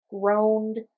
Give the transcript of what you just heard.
groaned